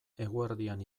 eguerdian